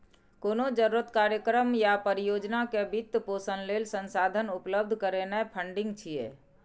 कोनो जरूरत, कार्यक्रम या परियोजना के वित्त पोषण लेल संसाधन उपलब्ध करेनाय फंडिंग छियै